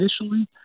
initially